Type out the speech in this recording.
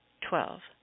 Twelve